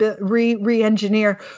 re-engineer